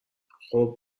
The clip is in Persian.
خوب